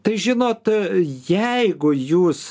tai žinot jeigu jūs